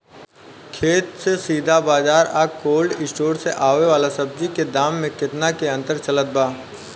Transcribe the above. खेत से सीधा बाज़ार आ कोल्ड स्टोर से आवे वाला सब्जी के दाम में केतना के अंतर चलत बा?